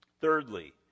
Thirdly